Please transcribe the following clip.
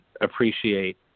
appreciate